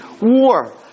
war